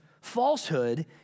falsehood